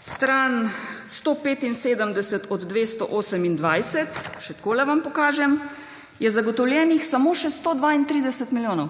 stran 175 od 228, še takole vam pokažem, je zagotovljenih samo še 132 milijonov.